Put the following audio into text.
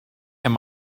and